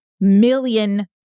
million